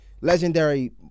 legendary